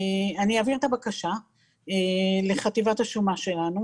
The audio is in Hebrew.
אני אעביר את הבקשה לחטיבת השומה שלנו